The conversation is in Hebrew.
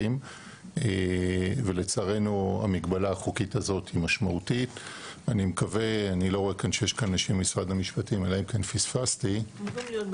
ובחוק הזה אני חושבת שחלק מההצעות שלכם פה אדם וליאור יבואו לידי